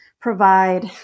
provide